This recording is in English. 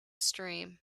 stream